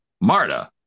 Marta